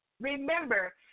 Remember